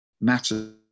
matters